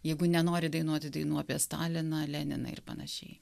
jeigu nenori dainuoti dainų apie staliną leniną ir panašiai